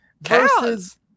versus